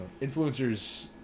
influencers